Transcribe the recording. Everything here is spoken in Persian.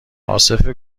عاصف